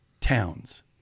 towns